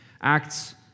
Acts